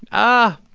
oh,